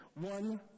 one